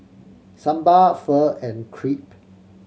Sambar Pho and Crepe